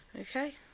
Okay